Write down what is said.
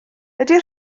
ydy